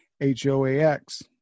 H-O-A-X